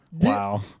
Wow